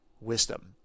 wisdom